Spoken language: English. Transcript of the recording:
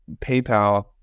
PayPal